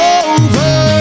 over